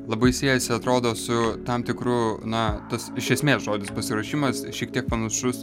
labai siejasi atrodo su tam tikru na tas iš esmės žodis pasiruošimas šiek tiek panašus